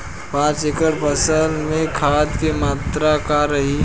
पाँच एकड़ फसल में खाद के मात्रा का रही?